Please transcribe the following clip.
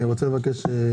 שלום,